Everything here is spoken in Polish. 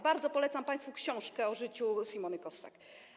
Bardzo polecam państwu książkę o życiu Simony Kossak.